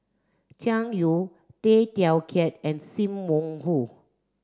Jiang Yu Tay Teow Kiat and Sim Wong Hoo